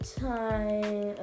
time